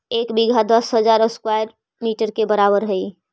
एक बीघा दस हजार स्क्वायर मीटर के बराबर हई